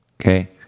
okay